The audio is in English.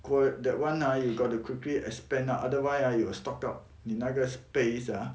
过后 that [one] ah you got to quickly expand out otherwise ah you will stock up 你那个 space ah